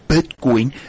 Bitcoin